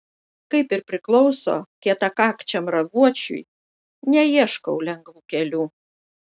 kaip ir priklauso kietakakčiam raguočiui neieškau lengvų kelių